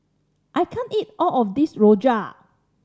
I can't eat all of this rojak